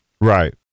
Right